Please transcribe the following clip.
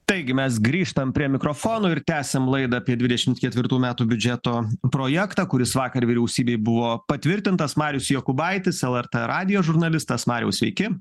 taigi mes grįžtam prie mikrofono ir tęsiam laidą apie dvidešimt ketvirtų metų biudžeto projektą kuris vakar vyriausybėj buvo patvirtintas marius jokūbaitis lrt radijo žurnalistas mariau sveiki